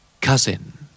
Cousin